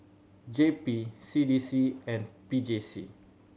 J P C D C and P J C